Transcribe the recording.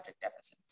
deficits